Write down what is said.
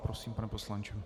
Prosím, pane poslanče.